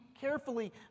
carefully